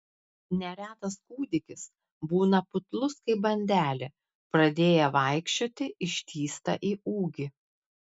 neretas kūdikis būna putlus kaip bandelė pradėję vaikščioti ištįsta į ūgį